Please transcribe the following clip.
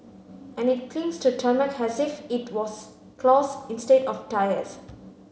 and it clings to tarmac as if it was claws instead of tyres